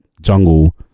jungle